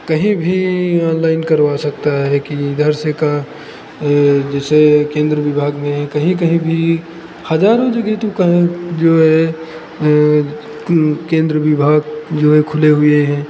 कहीं भी ऑनलाइन करवा सकता है कि घर से का जैसे केंद्र विभाग में कहीं कहीं भी हज़ारों जगह तो कहाँ जो है केंद्र विभाग जो है खुले हुए हैं